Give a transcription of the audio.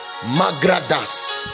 magradas